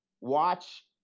Watch